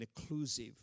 inclusive